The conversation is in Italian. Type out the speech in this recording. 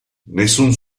nessun